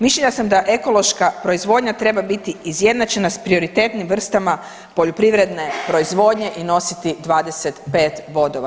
Mišljenja sam da ekološka proizvodnja treba biti izjednačena s prioritetnim vrstama poljoprivredne proizvodnje i nositi 25 bodova.